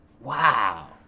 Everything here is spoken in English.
Wow